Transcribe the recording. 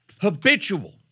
Habitual